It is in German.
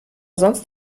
sonst